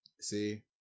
See